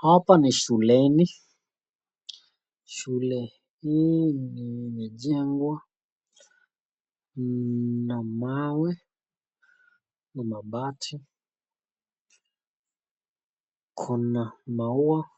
Hapa ni shuleni. Shule hii imejengwa na mawe na mabati. Kuna maua